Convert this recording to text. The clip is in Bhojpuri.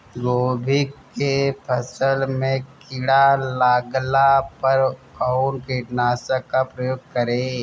गोभी के फसल मे किड़ा लागला पर कउन कीटनाशक का प्रयोग करे?